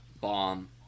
bomb